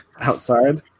outside